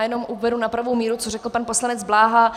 Jenom uvedu na pravou míru, co řekl pan poslanec Bláha.